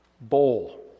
bowl